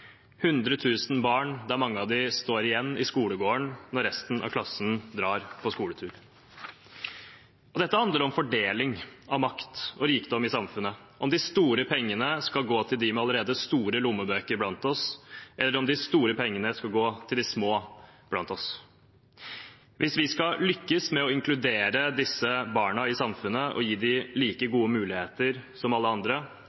barn – der mange av dem står igjen i skolegården når resten av klassen drar på skoletur. Dette handler om fordeling av makt og rikdom i samfunnet, om de store pengene skal gå til dem blant oss med allerede store lommebøker, eller om de store pengene skal gå til de små blant oss. Hvis vi skal lykkes med å inkludere disse barna i samfunnet og gi dem like gode muligheter som alle andre,